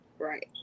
right